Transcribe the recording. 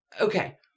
okay